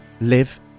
live